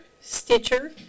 Stitcher